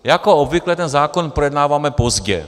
Jako obvykle ten zákon projednáváme pozdě.